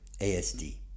ASD